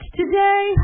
today